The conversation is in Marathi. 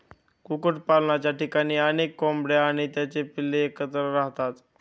कुक्कुटपालनाच्या ठिकाणी अनेक कोंबड्या आणि त्यांची पिल्ले एकत्र राहतात